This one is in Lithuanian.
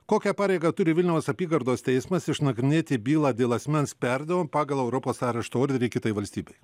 kokią pareigą turi vilniaus apygardos teismas išnagrinėti bylą dėl asmens perdavimo pagal europos arešto orderį kitai valstybei